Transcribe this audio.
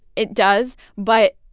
it does. but,